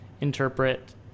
interpret